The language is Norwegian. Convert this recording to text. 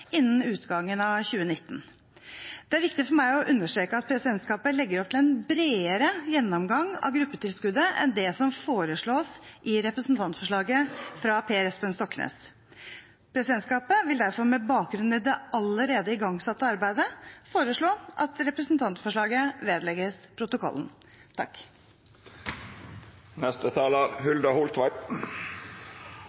innen utgangen av 2019. Det er viktig for meg å understreke at presidentskapet legger opp til en bredere gjennomgang av gruppetilskuddet enn det som foreslås i representantforslaget fra Per Espen Stoknes. Presidentskapet vil derfor med bakgrunn i det allerede igangsatte arbeidet foreslå at representantforslaget vedlegges protokollen.